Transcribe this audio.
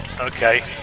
Okay